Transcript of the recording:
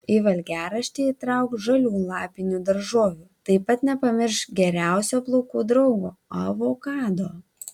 į valgiaraštį įtrauk žalių lapinių daržovių taip pat nepamiršk geriausio plaukų draugo avokado